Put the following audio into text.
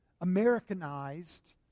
Americanized